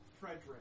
Frederick